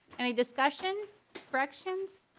any discussion corrections.